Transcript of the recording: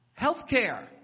healthcare